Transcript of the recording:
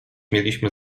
mieliśmy